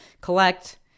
collect